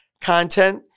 content